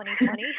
2020